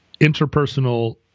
interpersonal